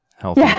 healthy